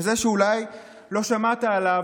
כזה שאולי לא שמעת עליו,